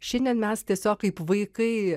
šiandien mes tiesiog kaip vaikai